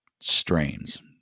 strains